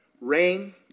rain